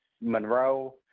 monroe